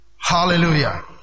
Hallelujah